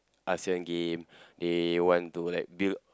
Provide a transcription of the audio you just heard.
Asean game they want to like build